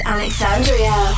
Alexandria